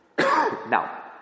Now